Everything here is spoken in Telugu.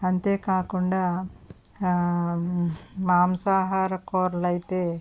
అంతేకాకుండా ఆ మాంసాహార కూరలైతే